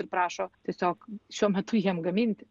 ir prašo tiesiog šiuo metu jiem gaminti